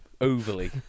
overly